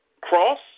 cross